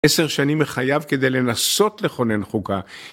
עשר שנים מחייו כדי לנסות לכונן חוקה.